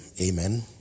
Amen